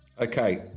Okay